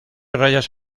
rayas